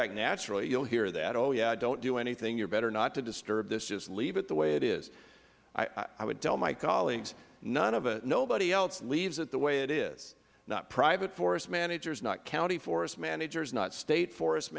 back naturally you will hear that oh yeah don't do anything you are better not to disturb this just leave it the way it is i will tell my colleagues nobody else leaves it the way it is not private forest managers not county forest managers not state forest